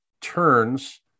turns